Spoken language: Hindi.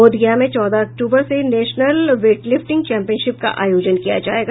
बोधगया में चौदह अक्टूबर से नेशनल वेटलिफ्टिंग चैम्पिनशिप का आयोजन किया जायेगा